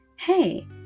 Hey